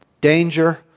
Danger